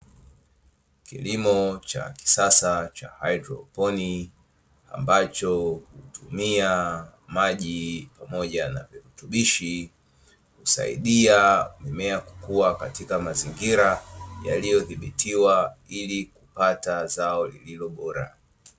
Kilimo cha kisasa cha haedroponiki ambacho hutumia maji pamoja na virutubishi husaidia mimea kukua katika mazingira yaliyodhibitiwa ili kupata zao lililo bora